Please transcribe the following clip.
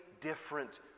different